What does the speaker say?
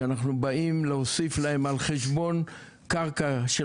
שאנחנו באים להוסיף להם על חשבון קרקע של